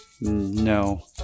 No